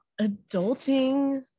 adulting